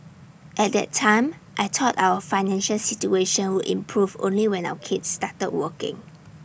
at that time I thought our financial situation would improve only when our kids started working